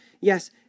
Yes